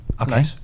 okay